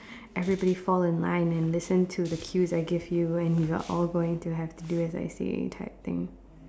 everybody fall in line and listen to the cues I give you and you are all going to have to do as I say type thing